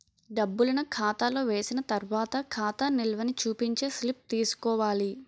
డబ్బులను ఖాతాలో వేసిన తర్వాత ఖాతా నిల్వని చూపించే స్లిప్ తీసుకోవాలి